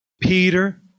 Peter